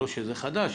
לא שזה חדש,